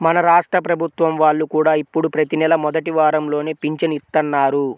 మన రాష్ట్ర ప్రభుత్వం వాళ్ళు కూడా ఇప్పుడు ప్రతి నెలా మొదటి వారంలోనే పింఛను ఇత్తన్నారు